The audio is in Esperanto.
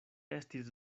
estis